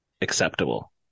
acceptable